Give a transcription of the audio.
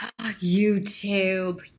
YouTube